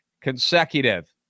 consecutive